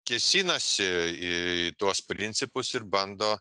kėsinasi į tuos principus ir bando